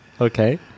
Okay